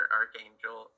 archangel